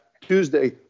Tuesday